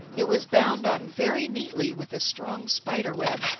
it was bound on very neatly with strong spider-web.